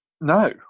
no